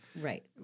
Right